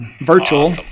virtual